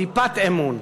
טיפת אמון.